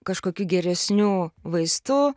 kažkokių geresnių vaistų